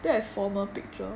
don't have formal picture